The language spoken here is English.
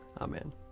Amen